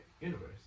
universe